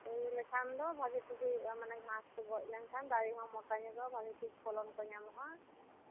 ᱯᱩ ᱞᱮᱠᱷᱟᱱ ᱫᱚ ᱵᱷᱟᱹᱜᱤ ᱴᱷᱤᱠ ᱦᱩᱡᱩᱜᱼᱟ ᱢᱟᱱᱮ ᱜᱷᱟᱥ ᱠᱚ ᱜᱚᱡ ᱞᱮᱱ ᱠᱷᱟᱱ ᱫᱟᱨᱮ ᱦᱚᱸ ᱢᱚᱴᱟ ᱧᱚᱜᱚᱜᱼᱟ ᱵᱷᱟᱜᱮᱴᱷᱤᱠ ᱯᱷᱚᱞᱚᱱ ᱠᱚ ᱧᱟᱢᱚᱜᱼᱟ